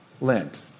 Lent